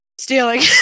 Stealing